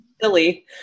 silly